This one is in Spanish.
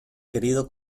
querido